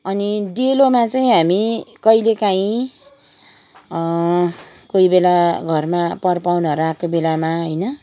अनि डेलोमा चाहिँ हामी कहिलेकाहीँ कोही बेला घरमा परपाहुनाहरू आएको बेलामा होइन